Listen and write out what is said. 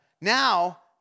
now